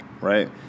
right